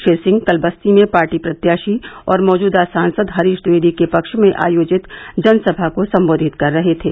श्री सिंह कल बस्ती में पार्टी प्रत्याशी और मौजूदा सांसद हरीश ट्विवेदी के पक्ष में आयोजित जनसभा को संबोधित कर रहे थे